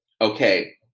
okay